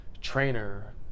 trainer